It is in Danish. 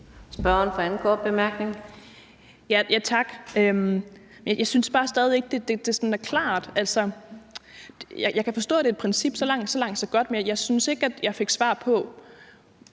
Christina Olumeko (ALT): Tak. Jeg synes bare stadig væk ikke, at det er klart. Jeg kan forstå, at det er et princip. Så langt, så godt. Men jeg synes ikke, at jeg fik svar på,